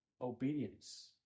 Obedience